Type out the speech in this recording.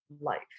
life